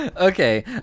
okay